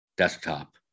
Desktop